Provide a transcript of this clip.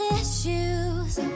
issues